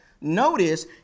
notice